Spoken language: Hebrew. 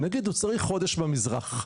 נגיד הוא צריך חודש במזרח,